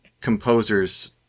composers